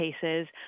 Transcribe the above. cases